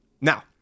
Now